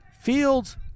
Fields